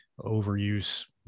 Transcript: overuse